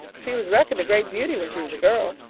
she was reckoned a great beauty when she was a girl,